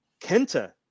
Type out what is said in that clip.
Kenta